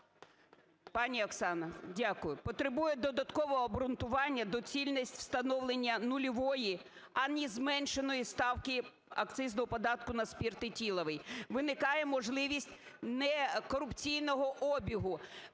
Пані Оксано! Дякую. Потребує додаткового обґрунтування доцільність встановлення нульової, а не зменшеної ставки акцизного податку на спирт етиловий. Виникає можливість некорупційного обігу.